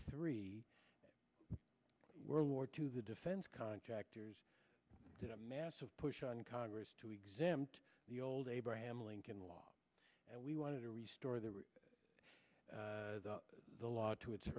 three world war two the defense contractors did a massive push on congress to exempt the old abraham lincoln law and we wanted to restore the the law to it